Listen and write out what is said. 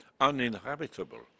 uninhabitable